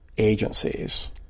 agencies